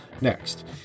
next